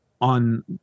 on